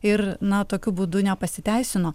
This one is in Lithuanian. ir na tokiu būdu nepasiteisino